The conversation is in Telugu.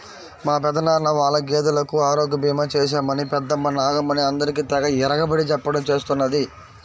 మా పెదనాన్న వాళ్ళ గేదెలకు ఆరోగ్య భీమా చేశామని పెద్దమ్మ నాగమణి అందరికీ తెగ ఇరగబడి చెప్పడం చేస్తున్నది